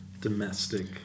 domestic